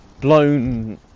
blown